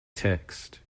text